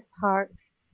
hearts